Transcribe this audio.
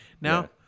Now